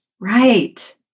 Right